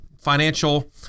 financial